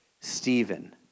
Stephen